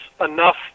enough